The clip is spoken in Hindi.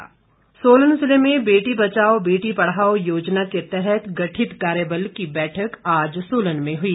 बेटी बचाओ सोलन जिले में बेटी बचाओ बेटी पढ़ाओ योजना के तहत गठित कार्यबल की बैठक आज सोलन में हुई